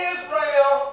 Israel